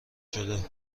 شده